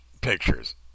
pictures